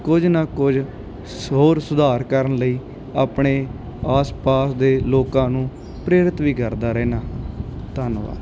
ਕੁਝ ਹੋਰ ਸੁਧਾਰ ਕਰਨ ਲਈ ਆਪਣੇ ਆਸ ਪਾਸ ਦੇ ਲੋਕਾਂ ਨੂੰ ਪ੍ਰੇਰਤ ਵੀ ਕਰਦਾ ਰਹਿੰਦਾ ਹਾਂ ਧੰਨਵਾਦ